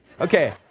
Okay